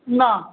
না